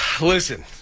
Listen